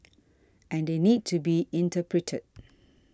and they need to be interpreted